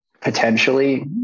potentially